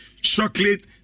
chocolate